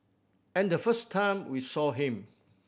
and the first time we saw him